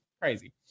crazy